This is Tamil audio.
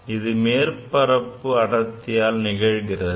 இது மேற்பரப்பு அடர்த்தியால் நிகழ்கிறது